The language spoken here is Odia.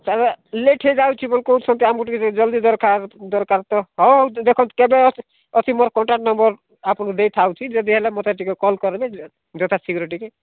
ସାର୍ ଲେଟ୍ ହୋଇଯାଉଛି ବୋଲି କହୁଛନ୍ତି ଆମକୁ ଟିକେ ଜଲ୍ଦି ଦରକାର ଦରକାର ତ ହେଉ ହେଉ ଦେଖନ୍ତୁ କେବେ ଅଛି ମୋର କଣ୍ଟାକ୍ଟ ନମ୍ବର୍ ଆପଣଙ୍କୁ ଦେଇଥାଉଛି ଯଦି ହେଲେ ମଓତେ ଟିକେ କଲ୍ କରିବେ ଯଥା ଶୀଘ୍ର ଟିକେ